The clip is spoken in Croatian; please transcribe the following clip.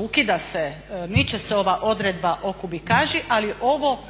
ukida se miče se ova odredba o kubikaži, ali ovo